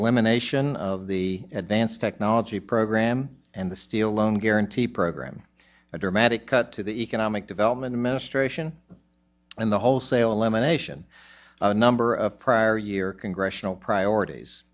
elimination of the advanced technology program and the steel loan guarantee program a dramatic cut to the economic development administration and the wholesale elimination a number of prior year congressional priorities